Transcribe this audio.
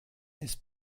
ist